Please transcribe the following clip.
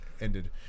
ended